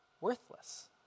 worthless